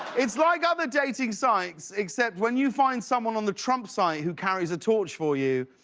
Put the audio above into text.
it's like other dating sites, except when you find someone on the trump site who carries a torch for you,